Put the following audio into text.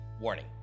Warning